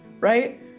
right